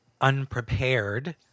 unprepared